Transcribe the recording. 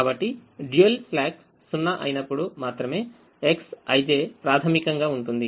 కాబట్టి dual slack 0అయినప్పుడు మాత్రమే Xij ప్రాథమికంగా ఉంటుంది